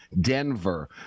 Denver